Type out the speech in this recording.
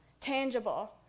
tangible